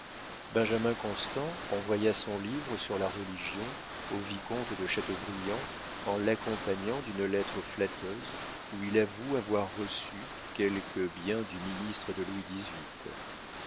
benjamin constant envoya son livre sur la religion au vicomte de châteaubriand en l'accompagnant d'une lettre flatteuse où il avoue avoir reçu quelque bien du ministre de louis xviii